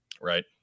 Right